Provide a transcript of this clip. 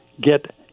get